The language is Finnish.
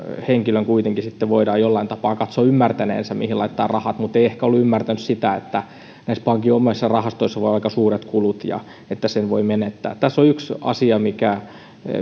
henkilön voidaan kuitenkin jollain tapaa katsoa ymmärtäneen mihin laittaa rahansa mutta hän ei ehkä ole ymmärtänyt sitä että näissä pankin omissa rahastoissa voi olla aika suuret kulut ja että sen voi menettää tässä on yksi asia mikä